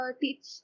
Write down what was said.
teach